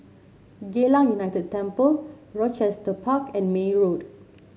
Geylang United Temple Rochester Park and May Road